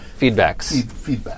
Feedbacks